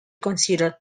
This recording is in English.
considered